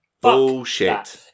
bullshit